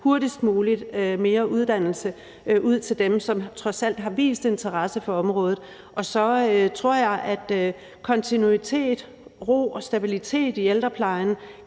hurtigst muligt mere uddannelse til dem, som trods alt har vist interesse for området. Og så tror jeg, at kontinuitet, ro og stabilitet i ældreplejen